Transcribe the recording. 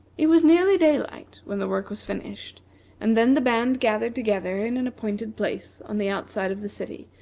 it was nearly daylight when the work was finished and then the band gathered together in an appointed place on the outside of the city,